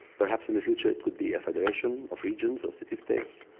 perhaps in the future, it could be a federation of regions or city-states.